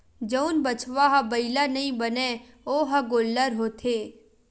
जउन बछवा ह बइला नइ बनय ओ ह गोल्लर होथे